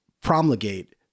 promulgate